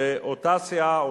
שאותה סיעה,